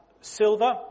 silver